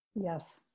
Yes